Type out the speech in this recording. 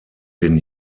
den